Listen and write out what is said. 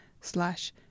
slash